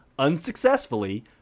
unsuccessfully